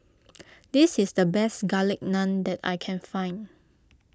this is the best Garlic Naan that I can find